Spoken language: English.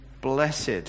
blessed